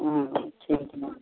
हूँ ठीक यै